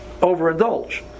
overindulge